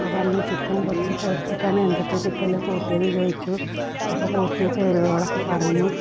അപ്പോൾ പറഞ്ഞു ചിക്കൻ കുറച്ച് പൊരിച്ചിട്ടാണ് എന്തൊക്കെയാ ചിക്കനിൽ കൂട്ടിയത് ചോദിച്ചു അപ്പോൾ കൂട്ടിയ ചേരുവകളൊക്ക പറഞ്ഞു